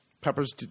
Peppers